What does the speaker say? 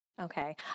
Okay